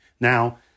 Now